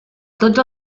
tots